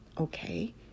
Okay